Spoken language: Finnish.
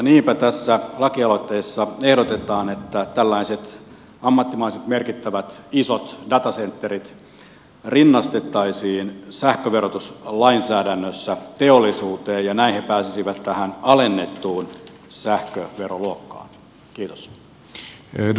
niinpä tässä lakialoitteessa ehdotetaan että tällaiset ammattimaiset merkittävät isot datacenterit rinnastettaisiin sähköverotuslainsäädännössä teollisuuteen ja näin ne pääsisivät tähän alennettuun sähköveroluokkaan